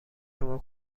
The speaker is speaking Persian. شما